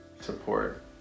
support